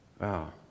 Wow